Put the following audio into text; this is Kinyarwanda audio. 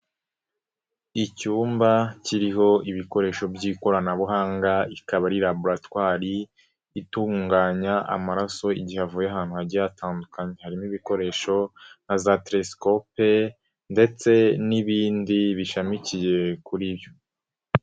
Icyumba kiriho ibikoresho by'ikoranabuhanga ikaba ari laboratwari itunganya amaraso igihe avuye ahantu hagiye hatandukanye, harimo ibikoresho nka za telesikope ndetse n'ibindi bishamikiye kuri yo.